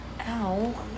Ow